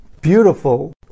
beautiful